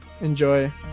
enjoy